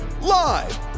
Live